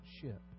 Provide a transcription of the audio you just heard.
ship